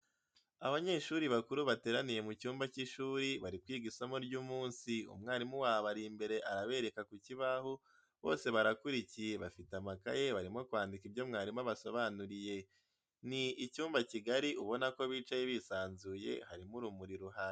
Abanyeshuri bakuru bateraniye mu cyumba cy'ishuri bari kwiga isomo ry'umunsi, umwalimu wabo ari imbere arabereka ku kibaho, bose barakurikiye bafite amakaye barimo kwandika ibyo umwalimu abasobanuriye. Ni icyumba kigari ubona ko bicaye bisanzuye, harimo urumuri ruhagije.